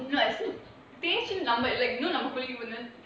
no as in தேச்சி:thechi you know நம்ம குளிக்க போகும் போது:namma kulikka pogumpothu